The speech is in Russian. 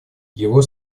его